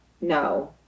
No